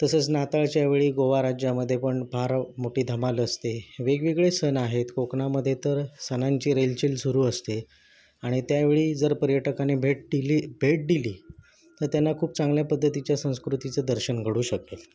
तसंच नाताळच्या वेळी गोवा राज्यामध्ये पण फार मोठी धमाल असते वेगवेगळे सण आहेत कोकणामध्ये तर सणांची रेलचेल सुरु असते आणि त्यावेळी जर पर्यटकांनी भेट दिली भेट दिली तर त्यांना खूप चांगल्या पद्धतीच्या संस्कृतीचं दर्शन घडू शकेल